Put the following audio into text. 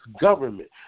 government